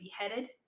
beheaded